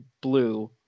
blue